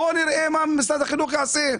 בואו נראה מה משרד החינוך יעשה.